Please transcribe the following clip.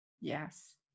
Yes